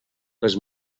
les